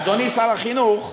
אדוני שר החינוך,